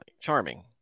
Charming